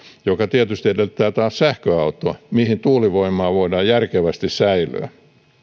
mikä tietysti edellyttää taas sähköautoa mihin tuulivoimaa voidaan järkevästi säilöä